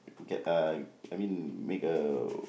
get uh I mean make a